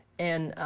and